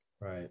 Right